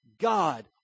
God